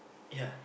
ya